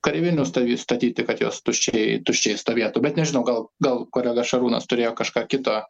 kareivinių stavy statyti kad jos tuščiai tuščiai stovėtų bet nežinau gal gal kolega šarūnas turėjo kažką kito